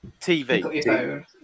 TV